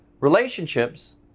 relationships